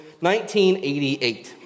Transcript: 1988